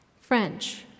French